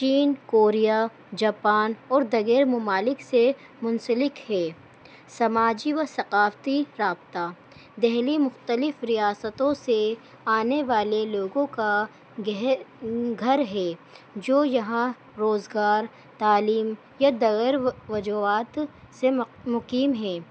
چین Korea Japan اور دیگر ممالک سے منسلک ہے سماجی و ثقافتی رابطہ دہلی مختلف ریاستوں سے آنے والے لوگوں کا گھر ہے جو یہاں روزگار علیم یا دغیر وجوہات سے مقیم ہے